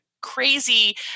crazy